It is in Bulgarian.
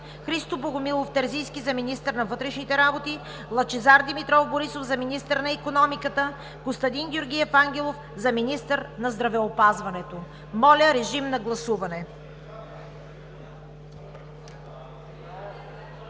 Христо Богомилов Терзийски за министър на вътрешните работи, Лъчезар Димитров Борисов за министър на икономиката, Костадин Георгиев Ангелов за министър на здравеопазването.“ Моля, режим на гласуване.